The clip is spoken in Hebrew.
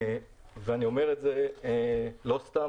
אני אומר את זה לא סתם,